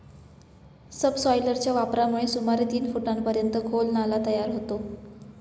सबसॉयलरच्या वापरामुळे सुमारे तीन फुटांपर्यंत खोल नाला तयार होतो